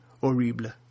horrible